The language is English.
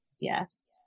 Yes